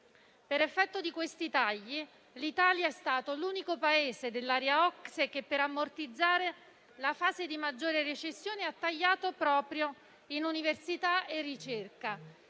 Per effetto di questi tagli l'Italia è stato l'unico Paese dell'area OCSE che per ammortizzare la fase di maggiore recessione ha tagliato proprio in università e ricerca,